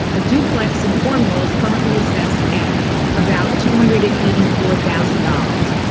a duplex in cornwall is currently assessed at about two hundred and eighty four thousand dollars.